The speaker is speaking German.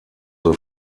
the